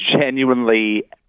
genuinely